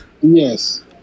Yes